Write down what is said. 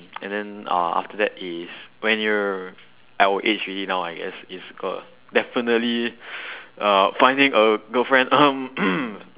and then uh after that is when you're our age already now I guess is uh definitely uh finding a girlfriend